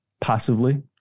passively